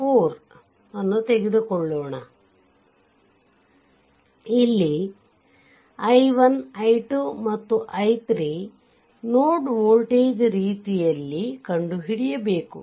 4 ತೆಗೆದುಕೊಳ್ಳುವ ಇಲ್ಲಿ i1 i2 ಮತ್ತು i3 ನೋಡ್ ವೋಲ್ಟೇಜ್ ರೀತಿಯಲ್ಲಿ ಕಂಡು ಹಿಡಿಯಬೇಕು